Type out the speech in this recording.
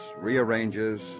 rearranges